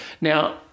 Now